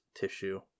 tissue